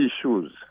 issues